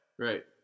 Right